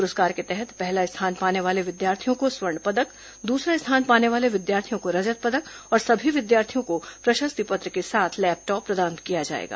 पुरस्कार के तहत पहला स्थान पाने वाले विद्यार्थियों को स्वर्ण पदक दूसरा स्थान पाने वाले विद्यार्थियों को रजत पदक और सभी विद्यार्थियों को प्रशस्ति पत्र के साथ लैपटॉप प्रदान किया जाएगा